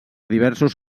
diversos